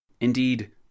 Indeed